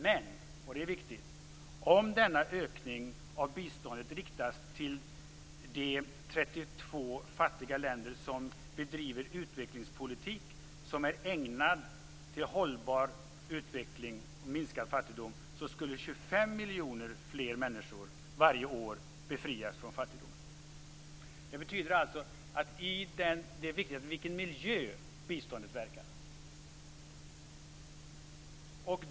Men, och det är viktigt, om denna ökning av biståndet riktas till de 32 fattiga länder som bedriver utvecklingspolitik som är ägnad att leda till hållbar utveckling och minskad fattigdom så skulle 25 miljoner fler människor varje år befrias från fattigdom. Det betyder alltså att det är viktigt i vilken miljö biståndet verkar.